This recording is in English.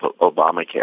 Obamacare